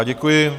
Děkuji.